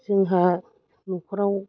जोंहा न'खराव